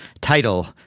title